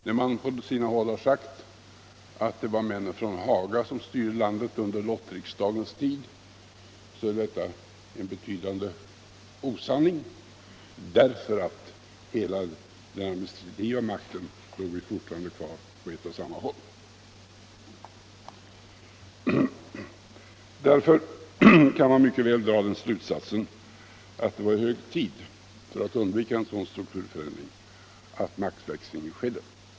När man på sina håll har sagt att det var männen från Haga som styrde landet under lottriksdagens tid, så är detta en betydande osanning eftersom hela den administrativa makten fortfarande låg kvar på ett och samma håll. Därför kan man mycket väl dra den slutsatsen att det för att undvika en sådan strukturförändring var hög tid att maktväxlingen skedde.